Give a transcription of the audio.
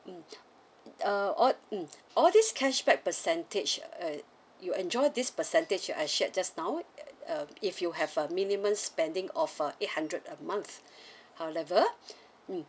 mm uh all mm all this cashback percentage uh you enjoy this percentage I shared just now uh if you have a minimum spending of a eight hundred a month however mm